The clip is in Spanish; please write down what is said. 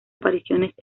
apariciones